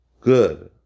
good